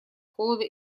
холода